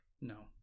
No